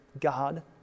God